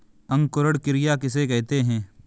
अंकुरण क्रिया किसे कहते हैं?